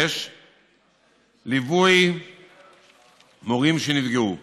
6. ליווי מורים שנפגעו,